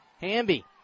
Hamby